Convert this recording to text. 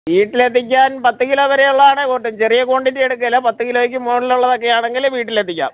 വീട്ടിലെത്തിക്കാൻ പത്ത് കിലോ വരെ ഉള്ളതാണെ കൂട്ടും ചെറിയ ക്വാണ്ടിറ്റി എടുക്കുകേല പത്ത് കിലോയ്ക്ക് മോളിലുള്ളതൊക്കെ ആണെങ്കിൽ വീട്ടിലെത്തിക്കാം